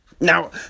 Now